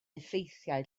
effeithiau